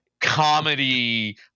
comedy